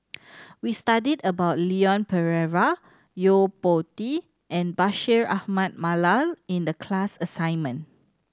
we studied about Leon Perera Yo Po Tee and Bashir Ahmad Mallal in the class assignment